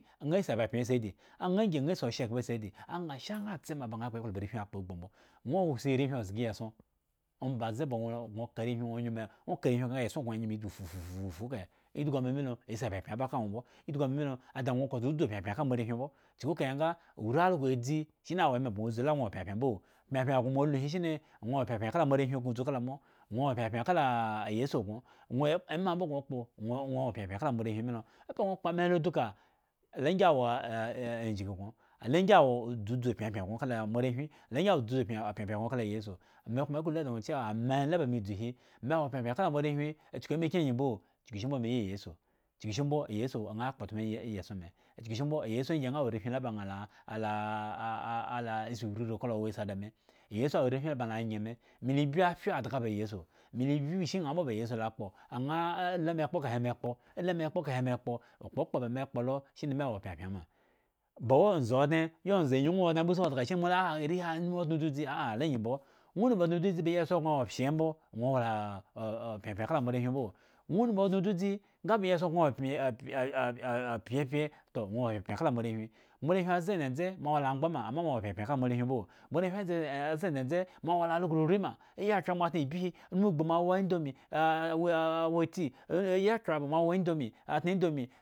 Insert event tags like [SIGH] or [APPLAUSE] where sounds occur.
Anha pyapyuan si adi, aŋha angyi ŋha si oshyegh bo si adi, aŋha sha ŋha tsema baŋ akpo ekpla ba arehwin akpo gbu mbo, ŋwo osi arehwin zga iyieson, ombaze ba ŋwo gŋo ka arehwin gŋo, ŋwo ka arehwin nga eson gŋo nyemo dzu fufu ekahe idhgu ama milo asi opyapyan ba kala ŋwo mbo, idhgu amamilo ada ŋwo kasa dzu pyapyanka moarehwin mbo, chuku kahe nga urialgo adzi shine wo ema gŋo bzu la ŋwo wo pyapyan mbo, pyapyan mo alu hi shine ŋwo wo pyapyan laka moarehwin gŋo, gŋo dzu kala mo, ŋwo wo pyapyan kala iyesu gŋo, ŋwo ema ŋha kyin mbo gŋo kpo ŋwo wa pyapyan kala moarehwin milo, oka ŋwo kpo ama he lo duka, lo angyiwo [HESITATION] ajgin gŋo, lo angyi wo dzuzu pyapyan gŋa bano kala moarehwin, lo angyi wo dzu pyapyan gŋo kala iyesu mekoma eklo lu da ŋwo da chewa me laba me dzu hi mewo lapyapyan kala moarehwin chuku emakyin angyi mbo, chukushimbo me iyii iyesu, chukushimbo iyesu aŋha kpotmo iyieson me, chukushimbo iyesu angyi ŋha wo arehwin la ba la [HESITATION] la si rurii kala wowa asi adame, iyesu awo arehwin baŋ la nye me, mela bhyu aphyodhga ba iyesu, me la bhyu ishi ambo ba iyesu la kpo aŋha lu ame kpo ka he, me kpo, alu ame kpo kahe me kpo, okpokpo ba me kpo lo shine me wo pyapyan ma, ba we nze odŋe yionze anyuŋ odŋe nga si ozga shinemola arehi anumu odŋe dzudzi [HESITATION] alo angyi mbo, ŋwo numu odŋe dzudzi ba iyieson wopshyembo ŋwo wola opyapyan kala moarehwin mbo, ŋwo numu odŋe dzudzi nga ba iyieson [UNINTELLIGIBLE] pyepye toh ŋwo wola pyapyan kala moarehwi, moarehwin aze dzendze moawo la amgba ma, ama mo awo pyapyan kala moarehwin mbo, moarehwin [UNINTELLIGIBLE] aze dzendze mo awo la algo rurii ma ayiakhre, mo atŋa ibyiha, numugbu mowa indomi [HESITATION] wa tii, ayi akhre aba mo awa indomi atŋa indomi.